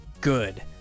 good